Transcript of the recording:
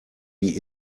die